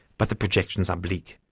but the projections are bleak.